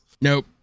nope